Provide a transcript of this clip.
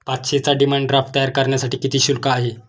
पाचशेचा demand draft तयार करण्यासाठी किती शुल्क आहे?